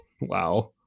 Wow